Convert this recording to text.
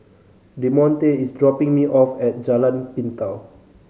Demonte is dropping me off at Jalan Pintau